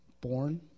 born